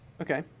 Okay